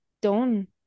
done